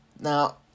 Now